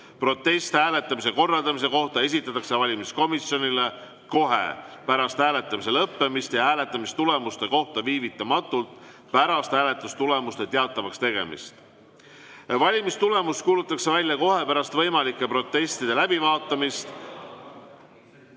Protest hääletamise korraldamise kohta esitatakse valimiskomisjonile kohe pärast hääletamise lõppemist ja hääletamistulemuste kohta viivitamatult pärast hääletamistulemuste teatavaks tegemist. Valimistulemus kuulutatakse välja kohe pärast võimalike protestide läbivaatamist.